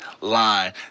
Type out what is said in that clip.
line